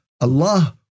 Allah